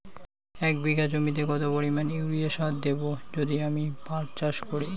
এক বিঘা জমিতে কত পরিমান ইউরিয়া সার দেব যদি আমি পাট চাষ করি?